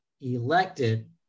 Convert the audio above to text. elected